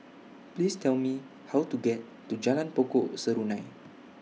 Please Tell Me How to get to Jalan Pokok Serunai